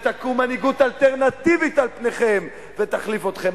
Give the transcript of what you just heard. ותקום מנהיגות אלטרנטיבית על פניכם ותחליף אתכם.